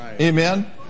Amen